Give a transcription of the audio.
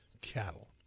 cattle